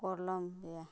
Columbia